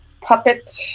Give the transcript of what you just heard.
puppet